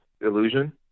illusion